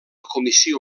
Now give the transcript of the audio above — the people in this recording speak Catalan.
comissió